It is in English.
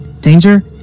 Danger